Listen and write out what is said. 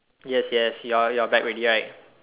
yes yes you are you're back already right